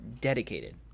dedicated